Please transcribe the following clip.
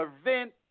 event